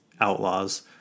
Outlaws